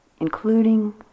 including